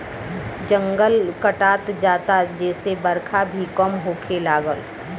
जंगल कटात जाता जेसे बरखा भी कम होखे लागल